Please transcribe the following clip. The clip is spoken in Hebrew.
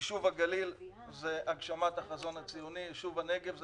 יישוב הגליל הוא הגשמת החזון הציוני; יישוב הנגב הוא